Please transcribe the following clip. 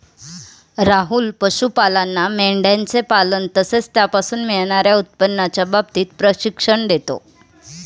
राहुल पशुपालांना मेंढयांचे पालन तसेच त्यापासून मिळणार्या उत्पन्नाच्या बाबतीत प्रशिक्षण देतो